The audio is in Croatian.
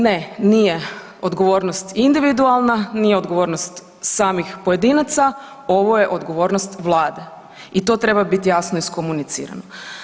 Ne, nije odgovornost individualna, nije odgovornost samih pojedinaca, ovo je odgovornost Vlade i to treba bit jasno iskomunicirano.